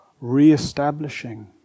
re-establishing